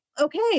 okay